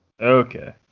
okay